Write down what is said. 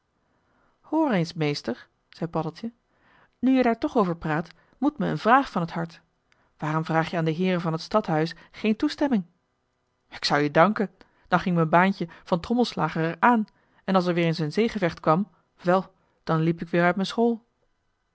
eens meester zei paddeltje nu je daar toch over praat moet me een vraag van t hart waarom vraag je aan de heeren van t stadhuis geen toestemming k zou je danken dan ging m'n baantje van trommelslager er aan en als er weer eens een zeegevecht kwam wel dan liep ik weer uit m'n school